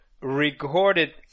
Recorded